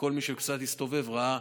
כל מי שקצת הסתובב ראה,